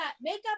Makeup